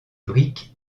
brique